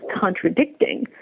contradicting